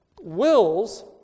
wills